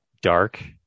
dark